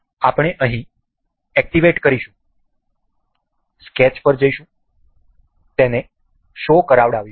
આપણે અહીં એક્ટિવેટ કરીશું સ્કેચ કરીશું તેને શો કરાવડાવીશું